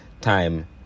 time